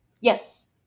Yes